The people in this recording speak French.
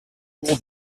cours